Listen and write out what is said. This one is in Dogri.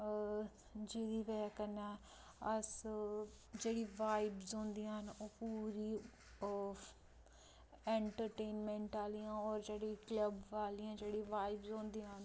जेह्दी बजह कन्नै अस जेह्ड़ी वाईवस होंदियां न ओह पूरी ओह् ऐंटरटेनमैंट आह्लियां होर जेह्ड़ी क्लब आह्लियां जेह्ड़ी वाईवस होंदियां न